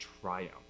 triumph